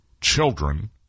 children